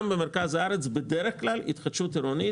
גם במרכז הארץ בדרך כלל התחדשות עירונית,